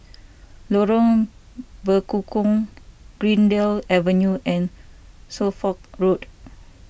Lorong Bekukong Greendale Avenue and Suffolk Road